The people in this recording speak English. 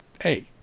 hey